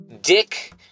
dick